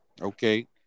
Okay